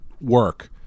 work